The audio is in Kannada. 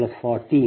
514 0